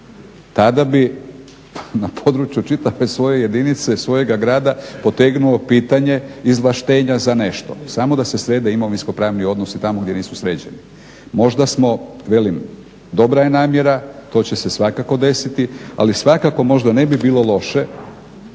tada bi na području čitave svoje jedinice, svojega grada potegnuo pitanje izvlaštenja za nešto, samo da se srede imovinsko pravni odnosi tamo gdje nisu sređeni. Možda smo, velim, dobra je namjera, to će se svakako desiti, ali svakako možda ne bi bilo loše